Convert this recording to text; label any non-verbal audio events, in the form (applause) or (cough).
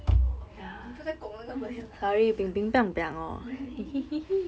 oh 你不再 (noise) 那个门 liao (laughs)